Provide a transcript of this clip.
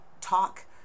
talk